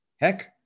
heck